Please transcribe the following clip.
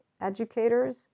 educators